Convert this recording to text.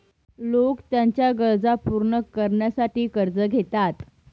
लोक त्यांच्या गरजा पूर्ण करण्यासाठी कर्ज घेतात